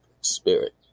spirit